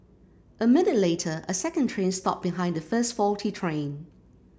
a minute later a second train stopped behind the first faulty train